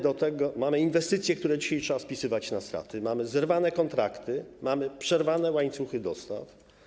Do tego mamy inwestycje, które dzisiaj trzeba spisywać na straty, mamy zerwane kontrakty, mamy przerwane łańcuchy dostaw.